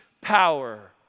power